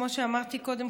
וכמו שאמרתי קודם,